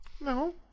No